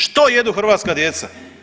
Što jedu hrvatska djeca?